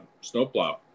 snowplow